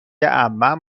عمم